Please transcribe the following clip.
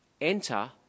Enter